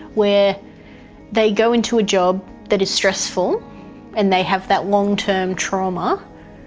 where they go into a job that is stressful and they have that long-term trauma,